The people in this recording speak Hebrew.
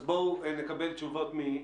בואו נקבל תשובות.